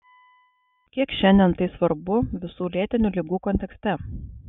kiek šiandien tai svarbu visų lėtinių ligų kontekste